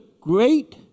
great